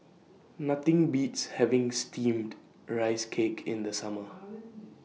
Nothing Beats having Steamed Rice Cake in The Summer